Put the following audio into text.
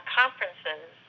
conferences